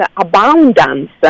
abundance